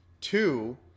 Two